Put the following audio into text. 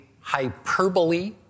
hyperbole